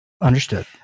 Understood